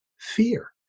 fear